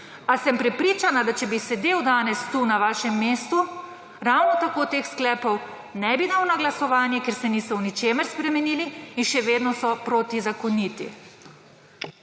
A sem prepričana, da če bi sedel danes tu na vašem mestu, ravno tako… / znak za konec razprave/ teh sklepov ne bi dal na glasovanje, ker se niso v ničemer spremenili in še vedno so protizakoniti.